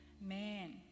man